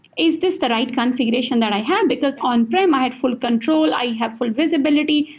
is this the right configuration that i had? because on-prem, i had full control. i have full visibility.